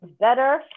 better